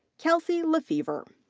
kelsey lefever.